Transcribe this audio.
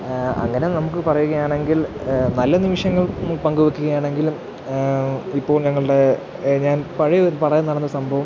അങ്ങനെ നമുക്ക് പറയുകയാണെങ്കിൽ നല്ല നിമിഷങ്ങൾ പങ്കുവയ്ക്കുകയാണെങ്കിലും ഇപ്പോൾ ഞങ്ങളുടെ ഞാൻ പഴയൊരു നടന്ന സംഭവം